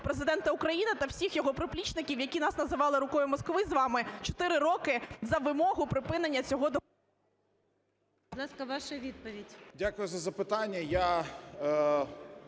Президента України та всіх його приплічників, які нас називали "рукою Москви" з вами, чотири роки, за вимогу припинення цього…